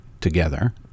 together